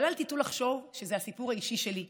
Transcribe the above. אבל אל תטעו לחשוב שזה הסיפור האישי שלי.